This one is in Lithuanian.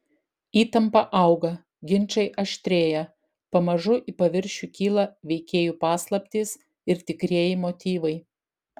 įtampa auga ginčai aštrėja pamažu į paviršių kyla veikėjų paslaptys ir tikrieji motyvai